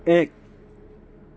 এক